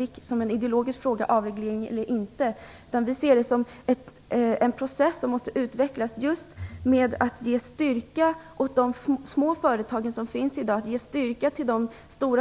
Vi ser det inte som en ideologisk fråga om att avreglera eller inte. Vi ser det som en process som måste utvecklas. Man måste ge styrka åt de små företagen och åt det stora,